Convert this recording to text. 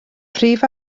prif